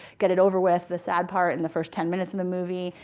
get it over with, the sad part, in the first ten minutes in the movie.